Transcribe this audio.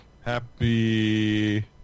Happy